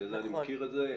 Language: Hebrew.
בגלל זה אני מזכיר את זה.